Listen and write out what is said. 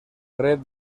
red